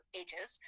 ages